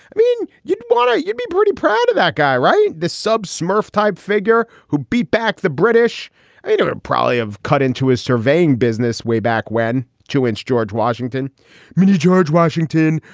i mean, you'd wanna. you'd be pretty proud of that guy, right this sub smurf type figure who beat back the british you know um probably of cut into his surveying business way back when two inch george washington managed george washington.